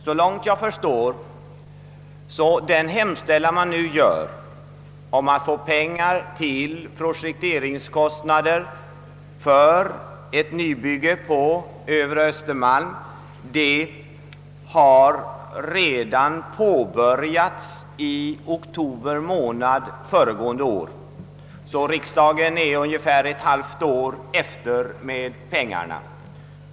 Så långt jag förstår gäller den hemställan, som man nu gör om att få pengar till projekteringskostnader för ett nybygge på övre Östermalm, projekteringsarbeten som redan påbörjades i oktober förra året. Riksdagen är ungefär ett halvt år efter med pengarna.